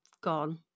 gone